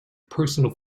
personal